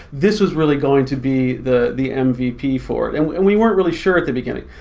this was really going to be the the and mvp for it. and we and we weren't really sure at the beginning.